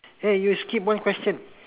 eh you skip one question